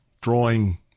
drawing